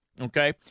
okay